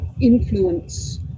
influence